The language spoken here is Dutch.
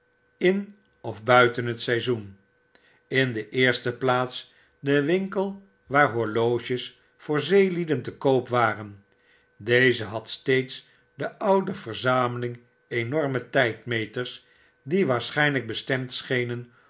in of buiten het seizoen in de eerste plaats de winkel waar horloges voor zeelieden te koop waren deze had steeds de oude verzameling enorme tgdmeters die waarschijnlyk bestemd schenen